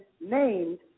named